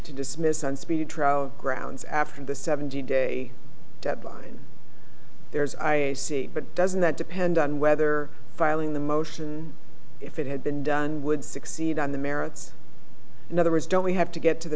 to dismiss on speedy trial grounds after the seventy day deadline there is i see but doesn't that depend on whether filing the motion if it had been done would succeed on the merits in other words don't we have to get to the